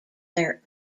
their